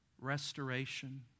restoration